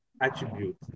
attribute